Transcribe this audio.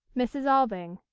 mrs. alving.